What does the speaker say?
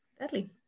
Deadly